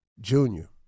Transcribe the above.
Junior